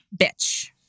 bitch